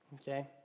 okay